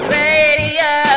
radio